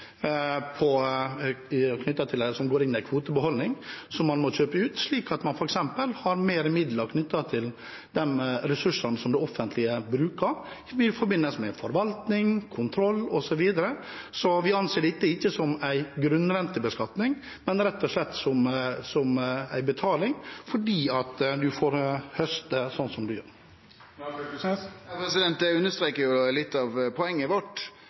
må kjøpe ut, slik at man f.eks. har mer midler knyttet til de ressursene som det offentlige bruker i forbindelse med forvaltning, kontroll osv. Så vi anser ikke dette som en grunnrentebeskatning, men rett og slett som en betaling fordi man får høste slik man gjør. Torgeir Knag Fylkesnes – til oppfølgingsspørsmål. Det understrekar jo litt av poenget vårt